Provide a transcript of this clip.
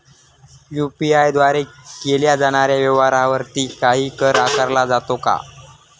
UPI द्वारे केल्या जाणाऱ्या व्यवहारावरती काही कर आकारला जातो का?